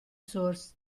source